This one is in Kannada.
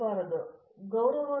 ಪ್ರತಾಪ್ ಹರಿಡೋಸ್ ಸರಿ